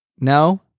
No